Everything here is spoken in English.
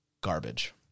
Garbage